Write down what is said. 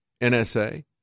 NSA